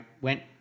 went